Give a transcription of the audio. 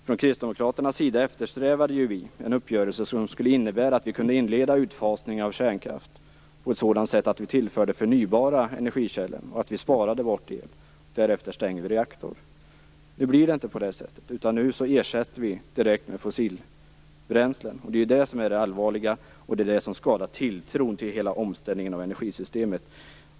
Från Kristdemokraternas sida eftersträvade vi en uppgörelse som skulle innebära att vi kunde inleda en utfasning av kärnkraft på sådant sätt att vi tillförde förnybara energikällor och sparade bort el och därefter stängde reaktorn. Nu blir det inte på det sättet. Nu ersätter vi direkt med fossilbränslen. Det är det som är det allvarliga, och som skadar tilltron till hela omställningen av energisystemet.